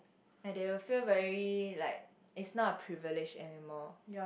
like they will feel very like it's not a privilege anymore